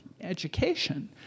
education